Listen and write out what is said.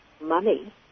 money